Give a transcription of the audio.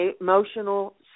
emotional